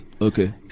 okay